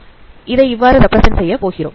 அதை இவ்வாறு ரெப்பிரசன்ட் செய்கிறோம்